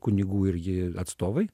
kunigų irgi atstovai